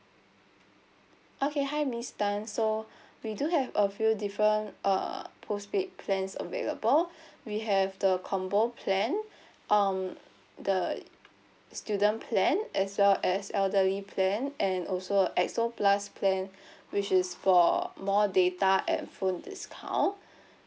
okay hi miss tan so we do have a few different uh postpaid plans available we have the combo plan um the student plan as well as elderly plan and also exo plus plan which is for more data at full discount